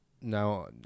now